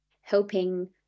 helping